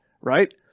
right